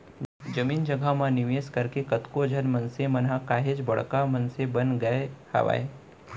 जमीन जघा म निवेस करके कतको झन मनसे मन ह काहेच बड़का मनसे बन गय हावय